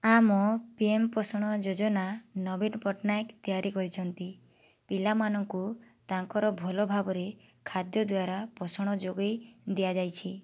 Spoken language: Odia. ଆମ ପିଏମ୍ ପୋଷଣ ଯୋଜନା ନବୀନ ପଟ୍ଟନାୟକ ତିଆରି କରିଛନ୍ତି ପିଲାମାନଙ୍କୁ ତାଙ୍କର ଭଲ ଭାବରେ ଖାଦ୍ୟ ଦ୍ୱାରା ପୋଷଣ ଯୋଗେଇ ଦିଆଯାଇଛି